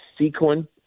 sequin